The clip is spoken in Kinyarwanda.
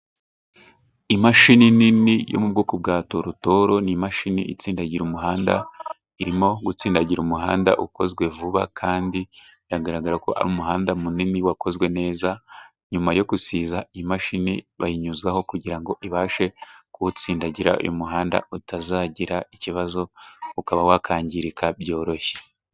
Imashini nini yo mu bwoko bwa torotoro ni imashini itsindagira umuhanda. Irimo gutsindagira umuhanda ukozwe vuba, kandi biragaragara ko umuhanda munini wakozwe neza. Nyuma yo gusiza, iyi mashini bayinyuzaho kugirango ibashe kuwutsindagira uyu muhanda utazagira ikibazo, ukaba wakangirika byoroshye.